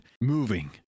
moving